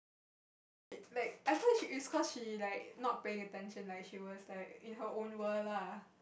she she like I thought she is cause she like not paying attention like she was like in her own world lah